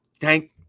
Thank